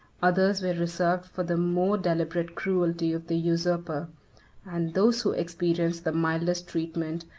others were reserved for the more deliberate cruelty of the usurper and those who experienced the mildest treatment,